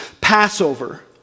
Passover